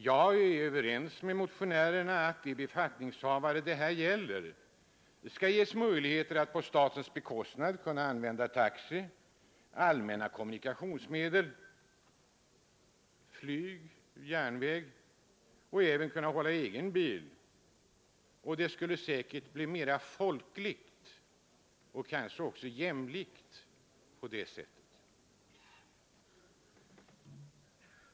Jag är överens med motionärerna om att de befattningshavare det här gäller skall ges möjlighet att på statens bekostnad använda taxi, allmänna kommunikationsmedel, flyg, järnväg och även kunna hålla egen bil. Det skulle säkerligen bli mera folkligt och kanske också jämlikt på detta sättet.